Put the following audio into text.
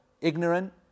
ignorant